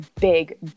big